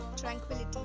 Tranquility